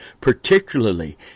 particularly